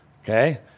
Okay